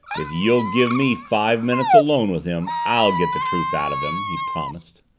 if you'll give me five minutes alone with him, i'll get the truth out of him! he promised.